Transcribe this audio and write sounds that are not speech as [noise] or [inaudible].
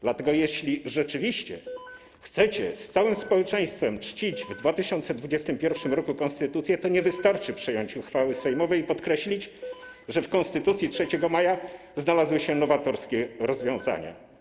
Dlatego jeśli rzeczywiście chcecie z całym społeczeństwem czcić [noise] w 2021 r. konstytucję, to nie wystarczy przyjąć uchwałę sejmową i podkreślić, że w Konstytucji 3 maja znalazły się nowatorskie rozwiązania.